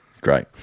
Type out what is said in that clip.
Great